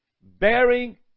bearing